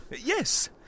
Yes